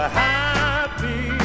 happy